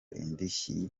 indishyi